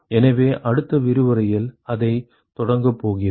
எனவே அடுத்த விரிவுரையில் அதைத் தொடங்கப் போகிறோம்